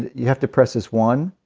you have to press this one,